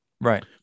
right